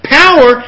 power